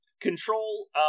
Control